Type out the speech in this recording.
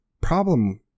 problem